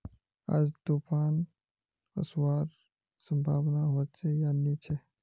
आज तूफ़ान ओसवार संभावना होचे या नी छे?